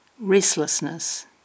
restlessness